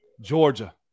Georgia